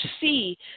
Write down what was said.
see